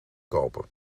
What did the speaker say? kopen